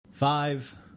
Five